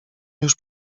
już